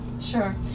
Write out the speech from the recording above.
Sure